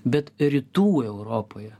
bet rytų europoje